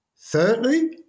Thirdly